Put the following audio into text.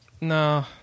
No